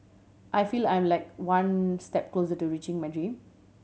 I feel I am like one step closer to reaching my dream